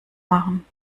machen